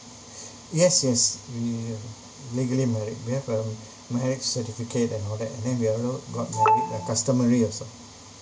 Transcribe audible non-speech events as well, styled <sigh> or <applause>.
<breath> yes yes legally married we have a marriage certificate and all that and then we also got a customary or so